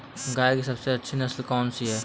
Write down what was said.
गाय की सबसे अच्छी नस्ल कौनसी है?